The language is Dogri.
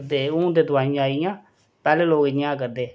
दे हून ते दोआइयां आई गेइयां पैह्ले लोग इ'यां करदे